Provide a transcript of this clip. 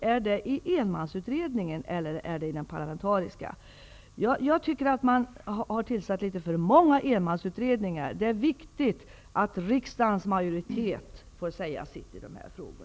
Är det i enmansutredningen eller i den parlamentariskt sammansatta kommittén? Jag tycker att man har tillsatt litet för många enmansutredningar. Det är viktigt att riksdagens majoritet får säga sitt i dessa frågor.